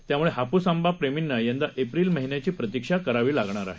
त्यामुळेहापूसआंबाप्रेमींनायंदाएप्रिलमहिन्याचीप्रतीक्षाकरावीलागणारआहे